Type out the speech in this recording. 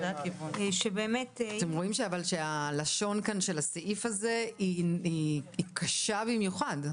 אבל אתם רואים שלשון הסעיף הזה היא קשה במיוחד.